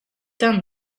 done